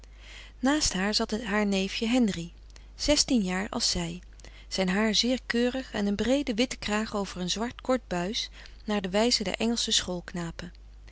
naast haar zat haar neefje henri zestien jaar als zij zijn haar zeer keurig en een breede witte kraag over een zwart kort buis naar de wijze der